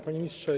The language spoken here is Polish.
Panie Ministrze!